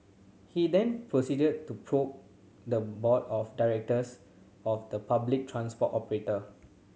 he then proceeded to poke the board of directors of the public transport operator